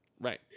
Right